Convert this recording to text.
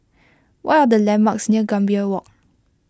what are the landmarks near Gambir Walk